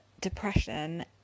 depression